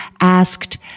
asked